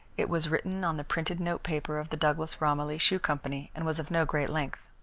it was written on the printed notepaper of the douglas romilly shoe company, and was of no great length